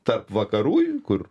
tarp vakarų ir kur